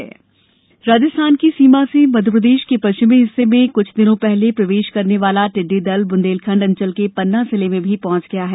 टिड्डी दल पन्ना राजस्थान की सीमा से मध्यप्रदेश के पश्चिमी हिस्से में कुछ दिनों पहले प्रवेश करना वाला टिड्डी दल ब्ंदेलखंड अंचल के पन्ना जिले में भी पहंच गया है